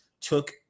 took